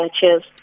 Cheers